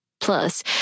Plus